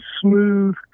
smooth